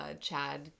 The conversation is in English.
Chad